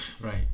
right